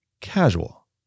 casual